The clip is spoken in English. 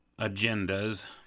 agendas